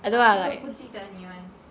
老师都不记得你 [one]